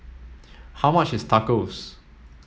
how much is Tacos